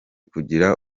kugira